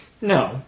No